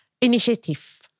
initiative